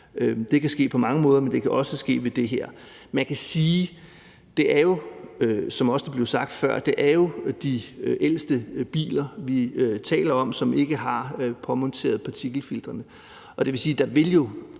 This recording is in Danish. Det kan ske på mange måder, og det kan også ske ved det her. Man kan sige, at det jo, som det også blev sagt før, er de ældste biler, vi taler om, som ikke har fået påmonteret partikelfiltre, og det vil sige, at der jo